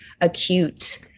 acute